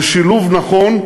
זה שילוב נכון,